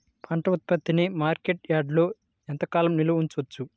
పంట ఉత్పత్తిని మార్కెట్ యార్డ్లలో ఎంతకాలం నిల్వ ఉంచవచ్చు?